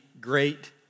great